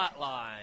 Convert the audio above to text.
Hotline